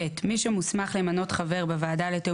(ב) מי שמוסמך למנות חבר בוועדה לתיאום